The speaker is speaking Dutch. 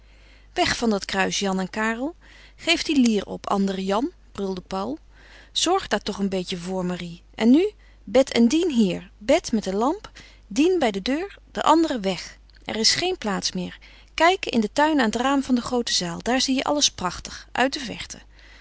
weg van dat kruis jan en karel geef die lier op andere jan brulde paul zorg daar toch een beetje voor marie en nu bet en dien hier bet met de lamp dien bij de deur de anderen weg er is geen plaats meer kijken in den tuin aan het raam van de groote zaal daar zie je alles prachtig uit de verte